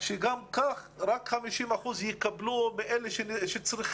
וגם אז יקבלו רק 50 אחוזים מאלה שצריכים.